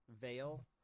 veil